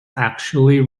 actually